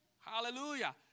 Hallelujah